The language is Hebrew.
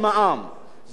זה לא מה שאני אומר.